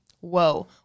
whoa